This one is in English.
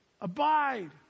Abide